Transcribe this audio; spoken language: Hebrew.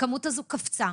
הכמות הזו קפצה.